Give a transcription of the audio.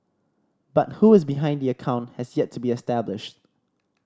but who is behind the account has yet to be established